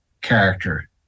character